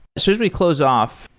so as we close off,